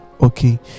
okay